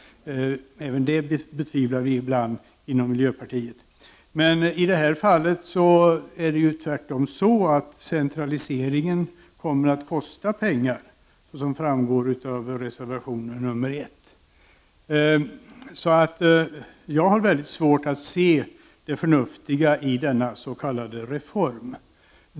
Även det betvivlar vi ibland inom miljöpartiet. Men i det här fallet är det tvärtom så, att centraliseringen kommer att kosta pengar, såsom framgår av reservation nr 1. Jag har väldigt svårt att se det förnuftiga i denna s.k. reform.